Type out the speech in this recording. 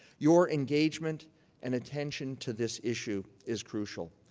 your engagement and attention to this issue is crucial.